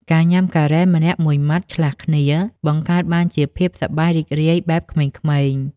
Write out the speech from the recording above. ការញ៉ាំការ៉េមម្នាក់មួយម៉ាត់ឆ្លាស់គ្នា បង្កើតបានជាភាពសប្បាយរីករាយបែបក្មេងៗ។